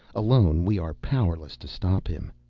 alone, we are powerless to stop him.